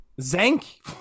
Zank